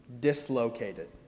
dislocated